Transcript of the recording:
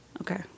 Okay